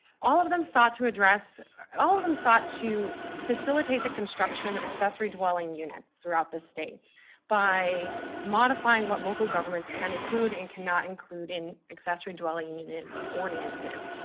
all of them sought to address all of them sought to facilitate the construction of accessory dwelling units throughout the state by modifying what local governments can include and cannot include in accessory dwelling unit ordinances.